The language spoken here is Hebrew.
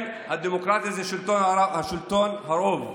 כן, דמוקרטיה היא שלטון הרוב,